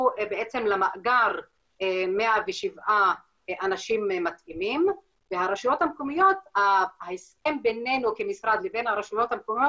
למאגר 107 אנשים מתאימים וההסכם בינינו כמשרד לבין הרשויות המקומיות